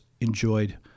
enjoyed